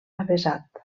avesat